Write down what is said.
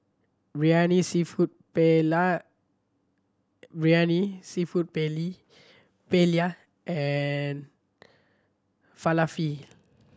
Biryani Seafood Paella and Falafel